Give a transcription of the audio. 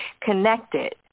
connected